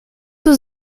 was